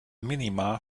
minima